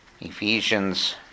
Ephesians